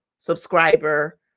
subscriber